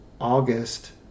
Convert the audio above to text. August